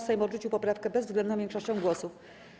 Sejm odrzucił poprawkę bezwzględną większością głosów.